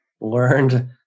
learned